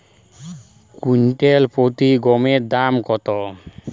Quintal প্রতি গমের দাম কত?